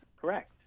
Correct